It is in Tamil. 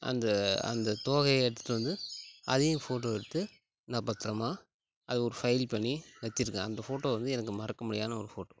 அந்த அந்த தோகையை எடுத்துகிட்டு வந்து அதையும் ஃபோட்டோ எடுத்து நான் பத்தரமாக அதை ஒரு ஃபைல் பண்ணி வச்சுருக்கேன் அந்த ஃபோட்டோ வந்து எனக்கு மறக்கமுடியாத ஒரு ஃபோட்டோ